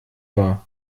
war